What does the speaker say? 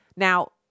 Now